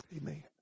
Amen